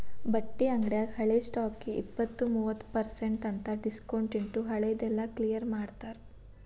ಬಟ್ಟಿ ಅಂಗ್ಡ್ಯಾಗ ಹಳೆ ಸ್ಟಾಕ್ಗೆ ಇಪ್ಪತ್ತು ಮೂವತ್ ಪರ್ಸೆನ್ಟ್ ಅಂತ್ ಡಿಸ್ಕೊಂಟ್ಟಿಟ್ಟು ಹಳೆ ದೆಲ್ಲಾ ಕ್ಲಿಯರ್ ಮಾಡ್ತಾರ